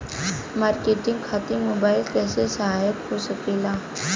Marketing खातिर mobile कइसे सहायक हो सकेला?